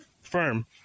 firm